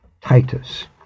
Titus